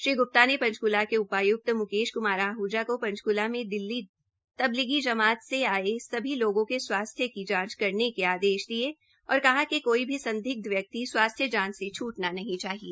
श्री ग्प्ता ने पंचकूला के उपाय्क्त मुकेश क्मार आहजा को पंचकूला में दिल्ली तबलीगी जमाज से आये सभी लोगों के स्वास्थ्य की जांच करने के आदेश दिये और कहा कि कोई भी संदिग्ध व्यक्ति स्वास्थ्य जांच से छूटना नहीं चाहिए